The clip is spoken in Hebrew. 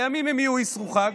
הימים יהיו אסרו חג,